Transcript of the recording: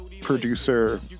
producer